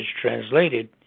translated